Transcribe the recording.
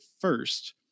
first